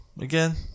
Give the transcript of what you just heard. again